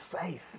faith